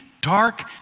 dark